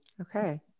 Okay